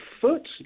foot